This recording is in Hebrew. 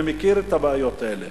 ומכיר את הבעיות האלה.